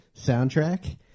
soundtrack